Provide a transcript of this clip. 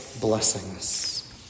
blessings